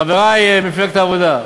חברי ממפלגת העבודה,